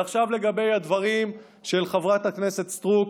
ועכשיו לגבי הדברים של חברת הכנסת סטרוק.